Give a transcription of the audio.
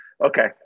Okay